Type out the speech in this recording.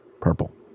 purple